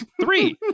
Three